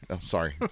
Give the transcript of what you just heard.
Sorry